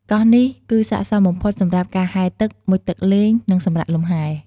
កោះនេះគឺស័ក្តិសមបំផុតសម្រាប់ការហែលទឹក មុជទឹកលេង និងសម្រាកលំហែ។